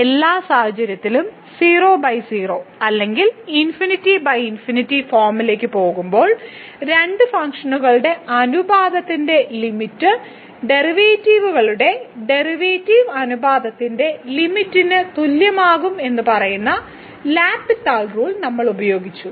എല്ലാ സാഹചര്യങ്ങളിലും 00 അല്ലെങ്കിൽ ∞∞ ഫോമിലേക്ക് പോകുമ്പോൾ രണ്ട് ഫംഗ്ഷനുകളുടെയും അനുപാതത്തിന്റെ ലിമിറ്റ് ഡെറിവേറ്റീവുകളുടെ ഡെറിവേറ്റീവ് അനുപാതത്തിന്റെ ലിമിറ്റിന് തുല്യമാകുമെന്ന് പറയുന്ന എൽ ഹോസ്പിറ്റൽ റൂൾ നമ്മൾ ഉപയോഗിച്ചു